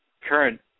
current